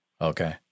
Okay